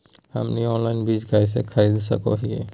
हमनी ऑनलाइन बीज कइसे खरीद सको हीयइ?